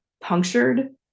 punctured